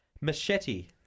Machete